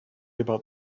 about